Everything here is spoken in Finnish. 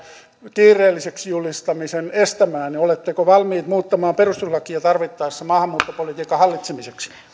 kiireelliseksi julistamisen estämään oletteko valmiit muuttamaan perustuslakia tarvittaessa maahanmuuttopolitiikan hallitsemiseksi